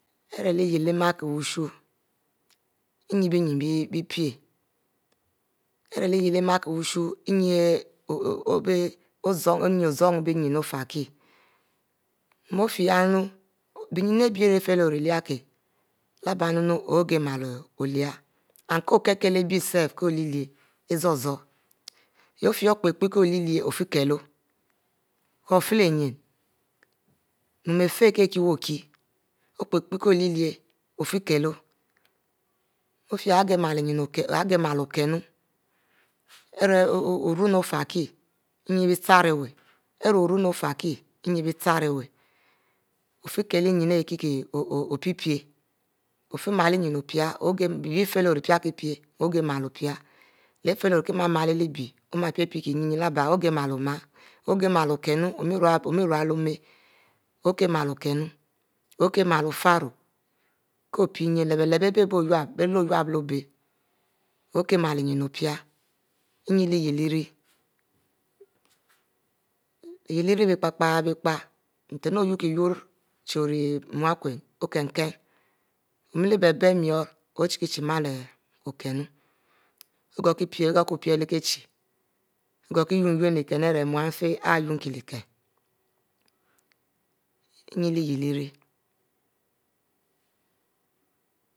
Ari leh iyieh leh ma kie wushe ninne bic nyin pie ari leh iyieh leh m̃a kie wushe inne ozan bie nyin mu ofie yeh bie nyin ari bie fie yeh ori lie kie leh bie nunu ogari mele olie amd ƙo kele ari bie spe ezoro zoro yeh ofie yah okpie-ko hie-iyieh ofie kelo ofie youh igielo okinnu inne bie chiri wu ofie kulo nyin ayah ko pie-pie ofie malo nyin opie leh ifiely ori kie mama leh bie om ogihicha malo okinnu om̃e rubie leh òma oghich malo okum oshieh ofie ƙo pie nyin lep ari bie-bie bie nie lo yup leh obieh leh ari iyieh leh ari bie biekp-biekp nten iuui yurro chie ori muchu ò mele biele-biele murro ochie male okinnu, bie gohkupie leh chie igohie kie unne-unne leh kien ari mufie nyin lyieh leh ari